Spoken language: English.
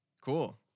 Cool